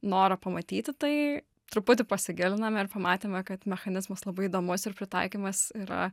noro pamatyti tai truputį pasigilinome ir pamatėme kad mechanizmas labai įdomus ir pritaikymas yra